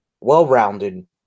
well-rounded